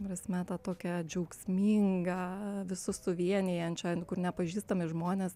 ta prasme tą tokią džiaugsmingą visus suvienijančią kur nepažįstami žmonės